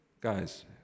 Guys